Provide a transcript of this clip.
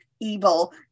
Evil